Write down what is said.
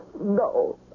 No